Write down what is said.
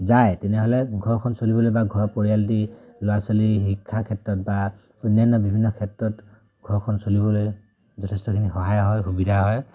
যায় তেনেহ'লে ঘৰখন চলিবলৈ বা ঘৰৰ পৰিয়াল আদি ল'ৰা ছোৱালীৰ শিক্ষাৰ ক্ষেত্ৰত বা অন্যান্য বিভিন্ন ক্ষেত্ৰত ঘৰখন চলিবলৈ যথেষ্টখিনি সহায় হয় সুবিধা হয়